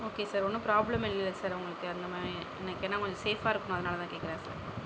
okay sir ஒன்றும் problem இல்லைல sir உங்களுக்கு அந்த மாதிரி எனக்கென்ன கொஞ்சம் சேஃபாக இருக்கணும் அதனாலதான் கேக்குறேன் சார்